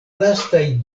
lastaj